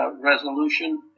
resolution